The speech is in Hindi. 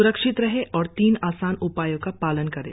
स्रक्षित रहें और तीन आसान उपायों का पालन करें